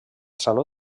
saló